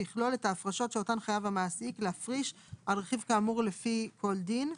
יכלול את ההפרשות שאותן חייב המעסיק להפריש על רכיב כאמור לפי כן דין.